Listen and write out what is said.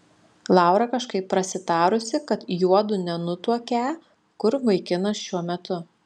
laura kažkaip prasitarusi kad juodu nenutuokią kur vaikinas šiuo metu